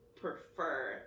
prefer